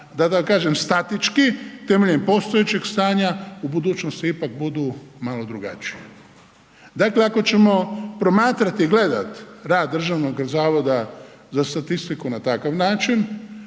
na, da kažem statistički, temeljem postojećeg stanja, u budućnosti ipak budu malo drugačiji. Dakle, ako ćemo promatrat i gledat rad Državnog zavoda za statistiku na takav način,